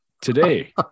Today